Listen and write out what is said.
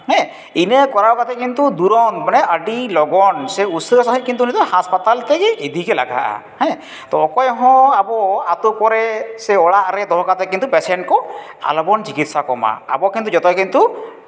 ᱤᱱᱟᱹ ᱠᱚᱨᱟᱣ ᱠᱟᱛᱮ ᱠᱤᱱᱛᱩ ᱫᱩᱨᱚᱱ ᱢᱟᱱᱮ ᱟᱹᱰᱤ ᱞᱚᱜᱚᱱ ᱥᱮ ᱩᱥᱟᱹᱨᱟ ᱥᱟᱺᱦᱤᱡ ᱠᱤᱱᱛᱩ ᱦᱟᱥᱯᱟᱛᱟᱞ ᱛᱮᱜᱮ ᱤᱫᱤᱜᱮ ᱞᱟᱜᱟᱜᱼᱟ ᱦᱮᱸ ᱛᱚ ᱚᱠᱚᱭ ᱦᱚᱸ ᱟᱵᱚ ᱟᱛᱳ ᱠᱚᱨᱮᱜ ᱥᱮ ᱚᱲᱟᱜ ᱨᱮ ᱫᱚᱦᱚ ᱠᱟᱛᱮ ᱠᱤᱱᱛᱩ ᱯᱮᱥᱮᱱᱴ ᱠᱚ ᱟᱞᱚᱵᱚᱱ ᱪᱤᱠᱤᱛᱥᱟ ᱠᱚᱢᱟ ᱟᱵᱚ ᱠᱤᱱᱛᱩ ᱡᱚᱛᱚ ᱠᱤᱱᱛᱩ